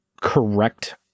correct